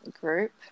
group